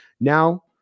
now